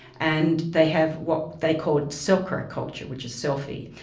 and they have what they called selca culture which is selfie,